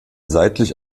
seitlich